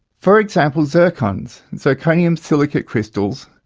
for example zircons, zirconium silicate crystals,